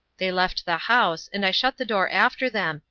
they left the house, and i shut the door after them,